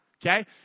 Okay